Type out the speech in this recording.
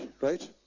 right